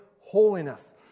holiness